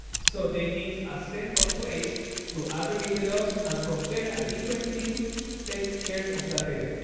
so they need a central place to aggregate the logs. and from there, a different team takes care of that data.